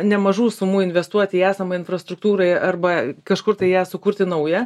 nemažų sumų investuoti į esamą infrastruktūrai arba kažkur tai ją sukurti naują